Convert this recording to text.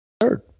third